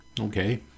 Okay